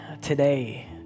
today